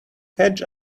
hedge